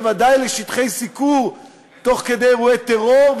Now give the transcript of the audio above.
בוודאי לשטחי סיקור תוך כדי אירועי טרור,